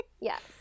Yes